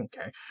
okay